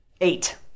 Eight